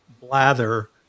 blather